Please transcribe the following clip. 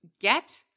get